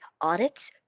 audits